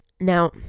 Now